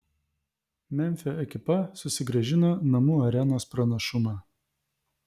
memfio ekipa susigrąžino namų arenos pranašumą